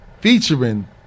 Featuring